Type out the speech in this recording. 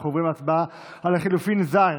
אנחנו עוברים להצבעה על לחלופין ז'.